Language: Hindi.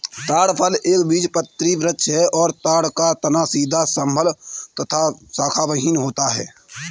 ताड़ फल एक बीजपत्री वृक्ष है और ताड़ का तना सीधा सबल तथा शाखाविहिन होता है